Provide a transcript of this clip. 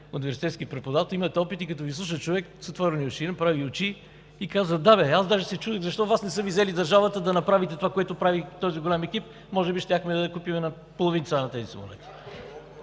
университетски преподавател, имате опит. Като Ви слуша човек с отворени очи и уши, си казва: „Да бе, аз даже се чудех защо Вас не са Ви взели в държавата да направите това, което прави този голям екип, може би щяхме да купим на половин цена тези самолети?!“